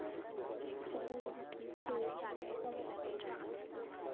चलो यही ठीक है नमस्ते